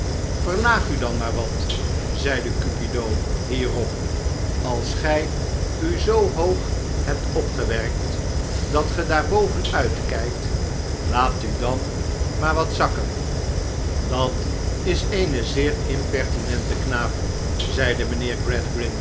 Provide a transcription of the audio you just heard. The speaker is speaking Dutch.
verlaag u dan maar wat zeide oupido hierop als gij u zoo hoog hebt opgewerkt dat ge daarboven uitkijkt laat u dan maar wat zakken dat is een zeer impertinente knaap zeide mijnheer